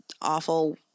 awful